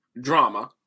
drama